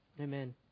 Amen